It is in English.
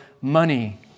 money